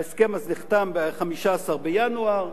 ההסכם אז נחתם ב-15 בינואר,